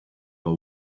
have